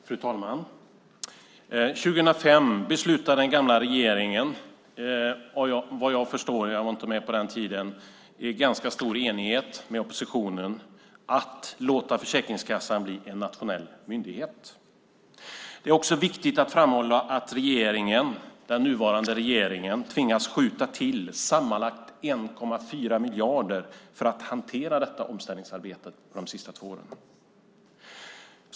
Fru talman! År 2005 beslutade den tidigare regeringen, vad jag förstår - jag var inte med på den tiden - i ganska stor enighet med oppositionen att låta Försäkringskassan bli en nationell myndighet. Det är viktigt att framhålla att den nuvarande regeringen tvingas skjuta till sammanlagt 1,4 miljarder för att hantera detta omställningsarbete under de senaste två åren.